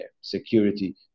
security